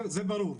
זה ברור,